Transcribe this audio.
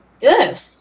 Good